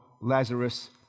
Lazarus